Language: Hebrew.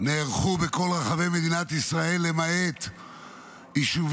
נערכו בכל רחבי מדינת ישראל למעט יישובים